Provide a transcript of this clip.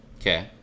okay